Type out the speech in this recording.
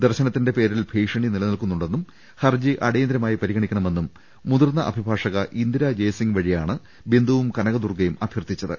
ദർശനത്തിന്റെ പേരിൽ ഭീഷണി നിലനിൽക്കുന്നുണ്ടെന്നും ഹർജി അടിയന്തിരമായി പരിഗണിക്കണമെന്നും മുതിർന്ന അഭിഭാഷക ഇന്ദിര ജയ്സിങ് വഴിയാണ് ബിന്ദുവും കനകദുർഗയും അഭ്യർഥിച്ചത്